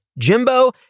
Jimbo